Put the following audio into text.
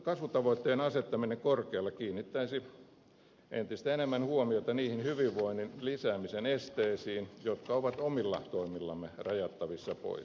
kasvutavoitteen asettaminen korkealle kiinnittäisi entistä enemmän huomiota niihin hyvinvoinnin lisäämisen esteisiin jotka ovat omilla toimillamme rajattavissa pois